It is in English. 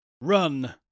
run